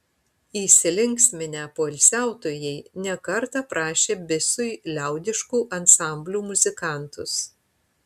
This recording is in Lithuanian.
įsilinksminę poilsiautojai ne kartą prašė bisui liaudiškų ansamblių muzikantus